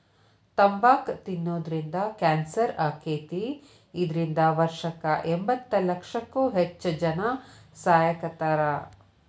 ತಂಬಾಕ್ ತಿನ್ನೋದ್ರಿಂದ ಕ್ಯಾನ್ಸರ್ ಆಕ್ಕೇತಿ, ಇದ್ರಿಂದ ವರ್ಷಕ್ಕ ಎಂಬತ್ತಲಕ್ಷಕ್ಕೂ ಹೆಚ್ಚ್ ಜನಾ ಸಾಯಾಕತ್ತಾರ